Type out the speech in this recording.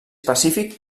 pacífic